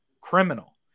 criminal